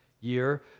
year